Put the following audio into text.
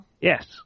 yes